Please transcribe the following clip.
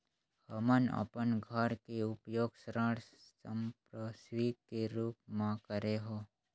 हमन अपन घर के उपयोग ऋण संपार्श्विक के रूप म करे हों